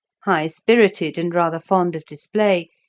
high-spirited, and rather fond of display,